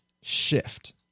shift